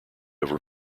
over